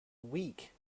week